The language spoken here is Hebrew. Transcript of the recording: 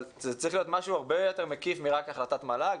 אבל זה צריך להיות משהו הרבה יותר מקיף מרק החלטת מל"ג.